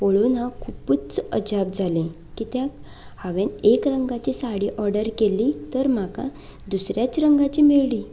पळोवन हांव खुबूच अजाप जालें कित्याक हांवें एक रंगाची साडी ऑर्डर केल्ली तर म्हाका दुसऱ्याच रंगाची मेळ्ळी